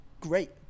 great